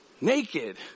Naked